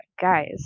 guys